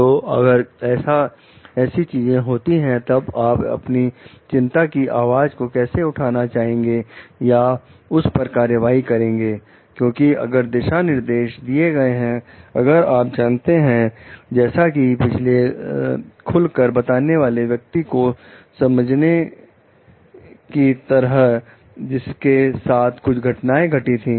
तो अगर ऐसी चीजें होती हैं तब आप अपनी चिंता की आवाज को कैसे उठाना चाहेंगे या उस पर कार्यवाही करेंगे क्योंकि अगर दिशा निर्देश दिए गए हैं अगर आप जानते हैं जैसा कि पिछले खुलकर बताने वाले व्यक्ति को समझने की तरह जिसके साथ कुछ घटनाएं घटी थी